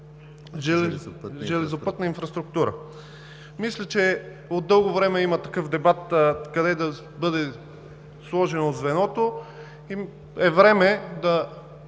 „Железопътна инфраструктура“.